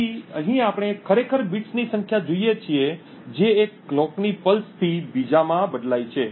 તેથી અહીં આપણે ખરેખર બિટ્સની સંખ્યા જોઈએ છીએ જે એક ઘડિયાળ ની પલ્સથી બીજામાં બદલાય છે